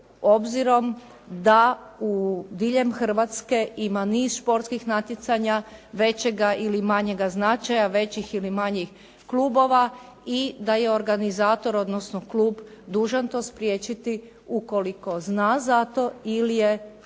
obzirom da diljem Hrvatske ima niz športskih natjecanja većega ili manjega značaja, većih ili manjih klubova i da je organizator odnosno klub dužan to spriječiti ukoliko zna za to ili je dužan